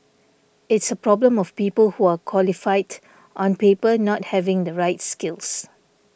it's a problem of people who are qualified on paper not having the right skills